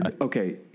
okay